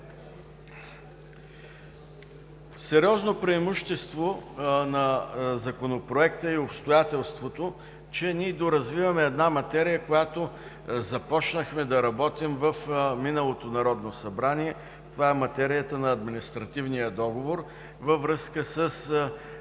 Сериозно преимущество на Законопроекта е обстоятелството, че доразвиваме една материя, която започнахме да работим в миналото Народно събрание – материята на административния договор във връзка с